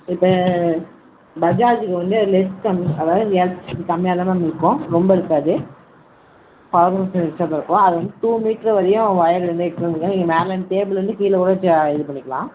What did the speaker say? இப்போ பஜாஜூக்கு வந்து லெஸ் அதாவது எலக்ட்ரிசிட்டி கம்மியாகதான் மேம் இழுக்கும் ரொம்ப இழுக்காது அது வந்து டூ மீட்ரு வரையும் ஒயர்லேர்ந்து எக்ஸ்டேர்ன் பண்ணிருக்காங்க நீங்கள் மேலேருந்து டேபுள்லேர்ந்து கீழ கூட வச்சு இதுப் பண்ணிக்கலாம்